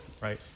right